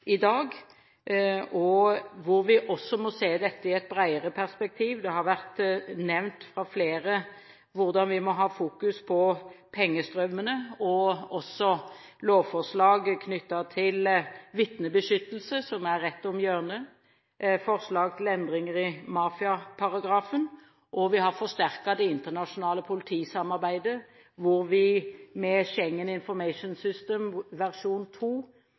i dag. Vi må også se dette i et bredere perspektiv. Det har vært nevnt av flere hvordan vi må ha fokus på pengestrømmene. Også lovforslag knyttet til vitnebeskyttelse, som er rett om hjørnet, samt forslag til endringer i mafiaparagrafen har vært nevnt, og vi har forsterket det internasjonale politisamarbeidet, hvor vi med Schengen Information System versjon